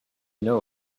know